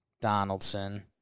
Donaldson